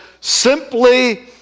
simply